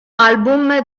album